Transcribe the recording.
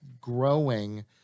growing